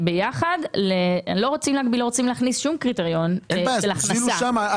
לא רוצים להכניס שום קריטריון של הכנסה.